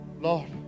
Lord